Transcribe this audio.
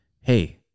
Hey